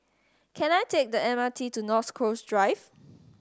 can I take the M R T to North Coast Drive